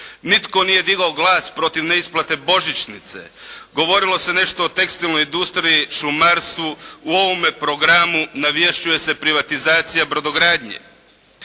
nitko nije digao glas protiv neisplate božićnice. Govorilo se nešto o tekstilnoj industriji, šumarstvu, u ovome programu navješćuje se privatizacija brodogradnje.